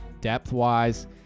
depth-wise